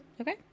Okay